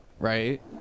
right